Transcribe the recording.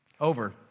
over